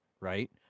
Right